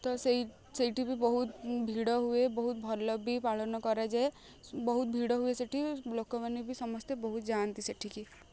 ତ ସେଇ ସେଇଠି ବି ବହୁତ ଭିଡ଼ ହୁଏ ବହୁତ ଭଲ ବି ପାଳନ କରାଯାଏ ବହୁତ ଭିଡ଼ ହୁଏ ସେଇଠି ଲୋକମାନେ ବି ସମସ୍ତେ ବହୁତ ଯାଆନ୍ତି ସେଠିକି